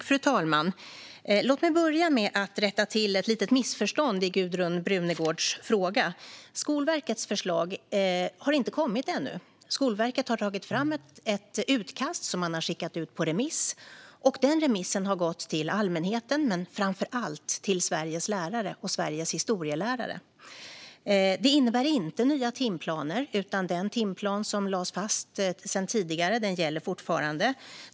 Fru talman! Låt mig börja med att rätta till ett litet missförstånd i Gudrun Brunegårds fråga. Skolverkets förslag har inte kommit ännu. Skolverket har tagit fram ett utkast som man har skickat ut på remiss. Denna remiss har gått till allmänheten, men framför allt till Sveriges lärare och Sveriges historielärare. Detta innebär inte nya timplaner, utan den timplan som lades fast tidigare gäller fortfarande.